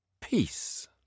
peace